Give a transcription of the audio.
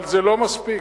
אבל זה לא מספיק.